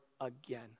again